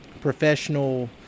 professional